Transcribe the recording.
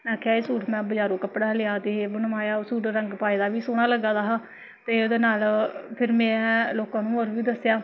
में आखेआ एह् सूट में बजारों कपड़ा लेआ ते बनवाया ओह् सूट रंग पाए दा बी सोह्ना लग्गा दा हा ते ओह्दे नाल फिर में लोकां नू होर बी दस्सेआ